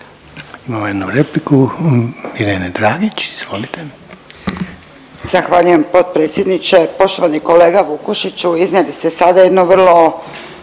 Imamo jednu repliku Irena Dragić. **Dragić, Irena (SDP)** Zahvaljujem potpredsjedniče. Poštovani kolega Vukušiću iznijeli ste sada jednu vrlo